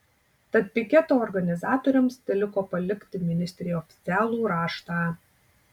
tad piketo organizatoriams teliko palikti ministrei oficialų raštą